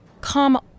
Come